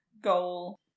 goal